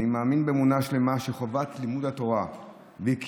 אני מאמין באמונה שלמה שחובת לימוד התורה וקיומה